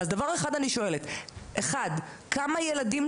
אז דבר אחד אני שואלת: (1) כמה ילדים